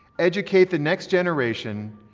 educate the next generation,